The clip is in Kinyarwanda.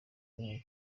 yarimo